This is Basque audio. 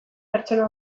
pertsona